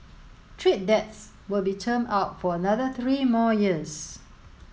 trade debts will be termed out for another three more years